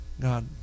God